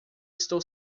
estou